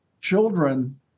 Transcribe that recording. Children